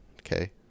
Okay